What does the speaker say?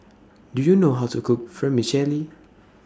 Do YOU know How to Cook Vermicelli